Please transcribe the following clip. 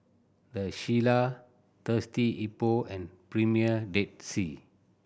The Shilla Thirsty Hippo and Premier Dead Sea